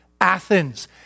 Athens